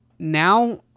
now